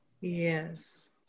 Yes